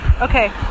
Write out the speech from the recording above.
okay